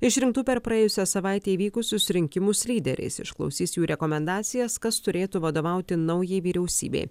išrinktų per praėjusią savaitę įvykusius rinkimus lyderiais išklausys jų rekomendacijas kas turėtų vadovauti naujai vyriausybei